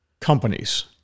companies